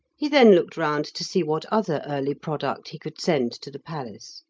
he then looked round to see what other early product he could send to the palace.